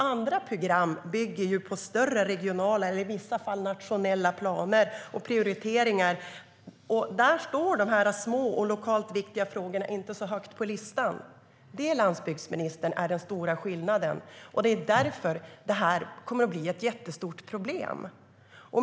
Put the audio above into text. Andra program bygger på större regionala eller i vissa fall nationella planer och prioriteringar. Där står de små och lokalt viktiga frågorna inte så högt på listan. Det, landsbygdsministern, är den stora skillnaden, och det är därför det här kommer att bli ett jättestort problem.